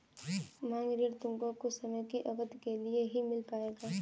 मांग ऋण तुमको कुछ समय की अवधी के लिए ही मिल पाएगा